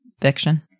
fiction